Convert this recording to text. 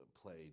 played